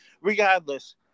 regardless